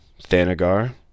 Thanagar